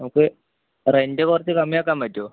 നമുക്ക് റെന്റ് കുറച്ച് കമ്മിയാക്കാൻ പറ്റുമോ